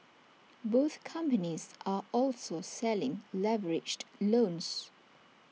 both companies are also selling leveraged loans